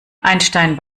einstein